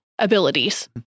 abilities